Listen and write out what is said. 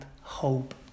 hope